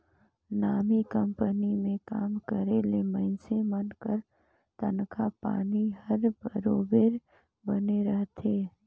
नामी कंपनी में काम करे ले मइनसे मन कर तनखा पानी हर बरोबेर बने रहथे